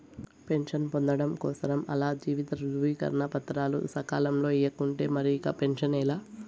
pension పొందడం కోసరం ఆల్ల జీవిత ధృవీకరన పత్రాలు సకాలంల ఇయ్యకుంటే మరిక పెన్సనే లా